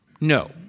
No